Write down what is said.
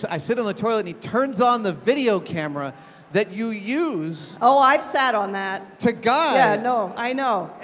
i sit on the toilet, and he turns on the videocamera that you use oh, i've sat on that. to guide. yeah, no, i know.